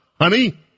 honey